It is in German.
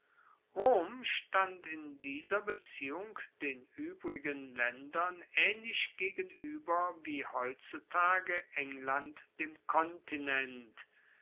stand in dieser beziehung den uebrigen laendern aehnlich gegenueber wie heutzutage england dem kontinent